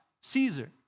Caesar